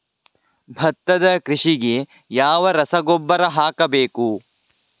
ಭತ್ತದ ಕೃಷಿಗೆ ಯಾವ ರಸಗೊಬ್ಬರ ಹಾಕಬೇಕು?